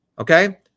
okay